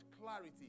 clarity